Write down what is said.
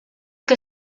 que